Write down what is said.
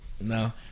no